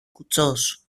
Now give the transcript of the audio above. κουτσός